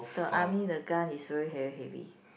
the army the gun is really hea~ heavy